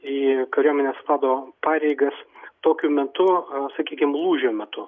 į kariuomenės vado pareigas tokiu metu sakykim lūžio metu